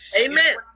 Amen